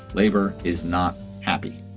labor is not happy